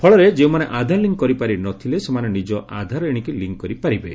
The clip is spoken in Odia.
ଫଳରେ ଯେଉଁମାନେ ଆଧାର ଳିଙ୍କ୍ କରିପାରିନଥିଲେ ସେମାନେ ନିଜ ନିଜ ଆଧାର ଏଶିକି ଲିଙ୍କ୍ କରିପାରିବେ